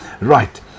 right